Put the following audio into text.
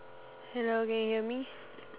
hello can you hear me